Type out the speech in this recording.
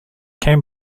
can